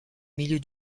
milieu